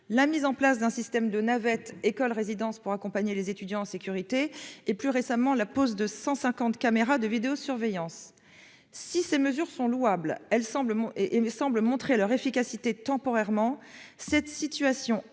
mise en place d'un système de navettes école-résidence pour raccompagner les étudiants en sécurité, ou, plus récemment, pose de 150 caméras de vidéosurveillance. Si ces mesures sont louables et semblent pour l'instant montrer leur efficacité, cette situation